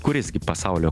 kuris gi pasaulio